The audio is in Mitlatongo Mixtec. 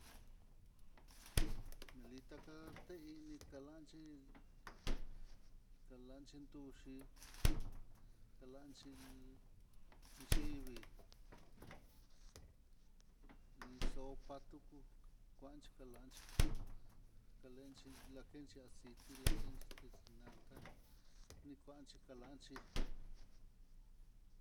Lita ka'a te'i, tikalanchí, kalanchí nduxhí kalanxhi yivii, lí sopa tuku kuanxhi kalanchí kalanxhi ndakenxhi aciti ndakenxhi texne nanta'a, kuanxhi kalanxhi.